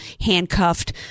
handcuffed